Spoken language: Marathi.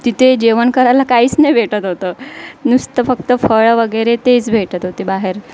तिथे जेवण करायला काहीच नाही भेटत होतं नुसतं फक्त फळं वगैरे तेच भेटत होते बाहेर